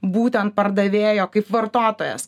būtent pardavėjo kaip vartotojas